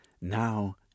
Now